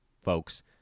folks